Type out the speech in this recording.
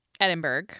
Edinburgh